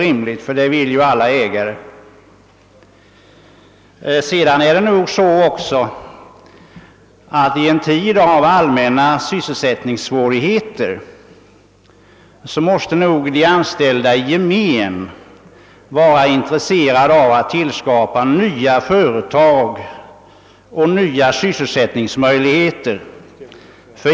I en tid av allmänna sysselsättningssvårigheter måste nog också de anställda i gemen vara intresserade av att skapa nya företag och nya sysselsättningsmöjligheter.